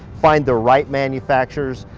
find the right manufacturers,